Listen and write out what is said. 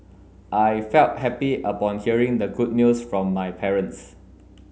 I felt happy upon hearing the good news from my parents